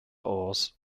ores